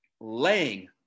laying